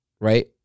right